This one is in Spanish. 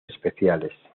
especiales